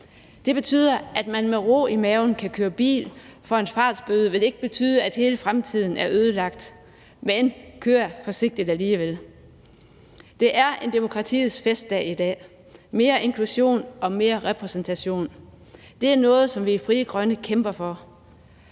Det betyder, at man med ro i maven kan køre bil, for en fartbøde vil ikke betyde, at hele fremtiden er ødelagt. Men kør forsigtigt alligevel. Det er en demokratiets festdag i dag med mere inklusion og mere repræsentation, og det er noget, som vi i Frie Grønne kæmper for.